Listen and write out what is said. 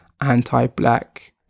anti-black